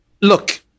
look